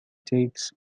takes